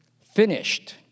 finished